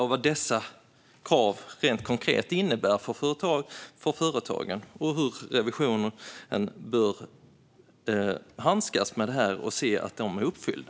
Vad innebär dessa krav rent konkret för företagen? Hur bör revisionen handskas med detta för att se hur dessa är uppfyllda?